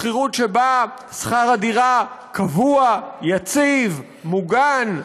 שכירות שבה שכר הדירה קבוע, יציב, מוגן.